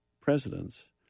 presidents